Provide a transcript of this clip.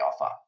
offer